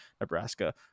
Nebraska